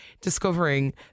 discovering